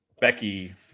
Becky